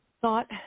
Thought